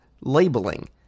labeling